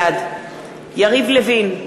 בעד יריב לוין,